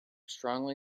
strongly